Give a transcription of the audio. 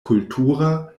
kultura